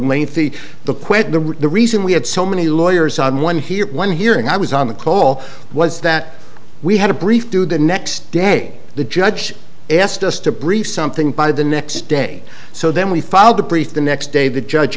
remains the the the the reason we had so many lawyers on one here one hearing i was on the call was that we had a brief to the next day the judge asked us to brief something by the next day so then we filed a brief the next day the judge